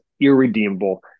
irredeemable